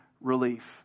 relief